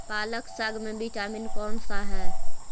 पालक साग में विटामिन कौन सा है?